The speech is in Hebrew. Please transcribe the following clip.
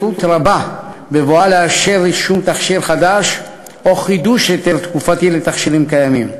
רבה בבואה לאשר רישום תכשיר חדש או חידוש היתר תקופתי לתכשירים קיימים.